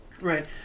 Right